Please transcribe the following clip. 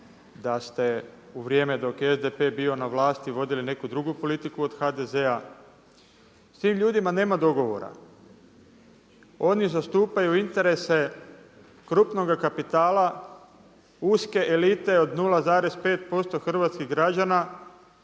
da ste u vrijeme dok je SDP bio na vlasti vodili neku drugu politiku od HDZ-a. S tim ljudima nema dogovora. Oni zastupaju interese krupnoga kapitala, uske elite od 0,5% hrvatskih građana